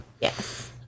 Yes